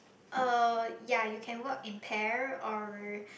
uh yea you can work in pair or